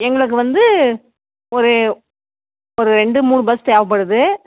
எங்களுக்கு வந்து ஒரு ஒரு ரெண்டு மூணு பஸ் தேவைப்படுது